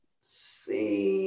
see